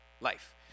life